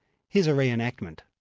here's a re-enactment.